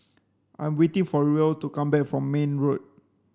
I'm waiting for Ruel to come back from Mayne Road